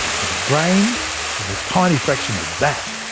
and the brain is a tiny fraction of that.